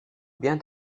bien